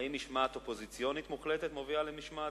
האם משמעת אופוזיציונית מוחלטת מובילה למשמעת